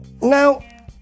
Now